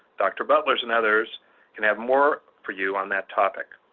dr. butlers and others can have more for you on that topic.